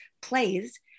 plays